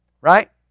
right